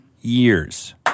years